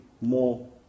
more